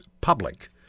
public